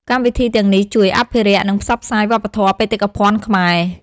កម្មវិធីទាំងនេះជួយ អភិរក្ស និង ផ្សព្វផ្សាយ វប្បធម៌បេតិកភណ្ឌខ្មែរ។